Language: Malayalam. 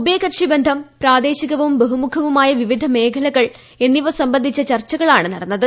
ഉഭയകക്ഷി ബന്ധം പ്രാദേശികവും ബഹുമുഷ്പ്പുമായ വിവിധ മേഖലകൾ എന്നിവ സംബന്ധിച്ച ചർച്ചകളാണ് നടന്നത്